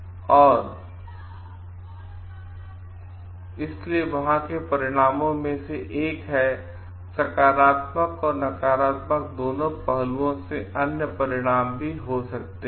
और इसलिए यह वहाँ के परिणामों में से एक है और सकारात्मक और नकारात्मक दोनों पहलुओं से अन्य परिणाम भी हो सकते हैं